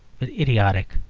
but idiotic.